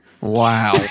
Wow